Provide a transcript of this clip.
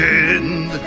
end